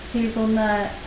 Hazelnut